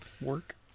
Work